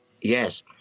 Yes